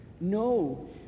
No